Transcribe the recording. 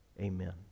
amen